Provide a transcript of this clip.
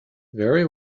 very